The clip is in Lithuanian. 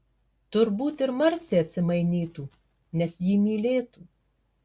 turbūt ir marcė atsimainytų nes jį mylėtų